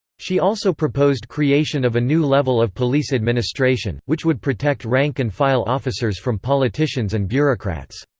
she also proposed creation of a new level of police administration, which would protect rank-and-file officers from politicians and bureaucrats.